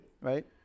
right